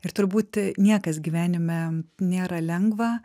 ir turbūt niekas gyvenime nėra lengva